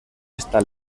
esta